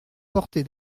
porter